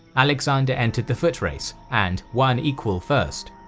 alexander entered the foot race, and won equal first.